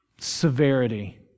severity